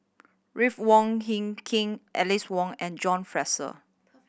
Ruth Wong Hie King Alice Ong and John Fraser